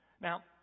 Now